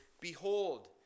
Behold